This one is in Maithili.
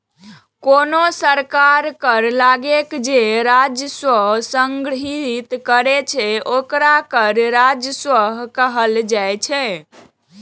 कोनो सरकार कर लगाके जे राजस्व संग्रहीत करै छै, ओकरा कर राजस्व कहल जाइ छै